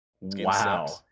wow